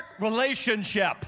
relationship